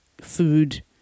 food